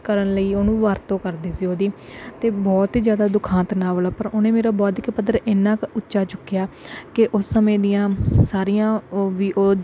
ਕਰਨ ਲਈ ਉਹਨੂੰ ਵਰਤੋਂ ਕਰਦੇ ਸੀ ਉਹਦੀ ਅਤੇ ਬਹੁਤ ਹੀ ਜ਼ਿਆਦਾ ਦੁਖਾਂਤ ਨਾਵਲ ਆ ਪਰ ਉਹਨੇ ਮੇਰਾ ਬੋਧਿਕ ਪੱਧਰ ਇੰਨਾਂ ਕੁ ਉੱਚਾ ਚੁੱਕਿਆ ਕਿ ਉਸ ਸਮੇਂ ਦੀਆਂ ਸਾਰੀਆਂ ਵੀ ਉਹ